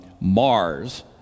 Mars